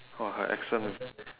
!wah! her accent